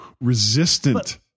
resistant